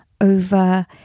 over